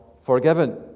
forgiven